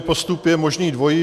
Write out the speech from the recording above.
Postup je možný dvojí.